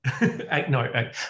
no